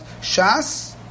Shas